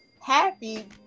happy